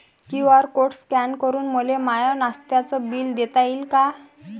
QR code scan करून मले माय नास्त्याच बिल देता येईन का?